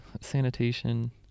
sanitation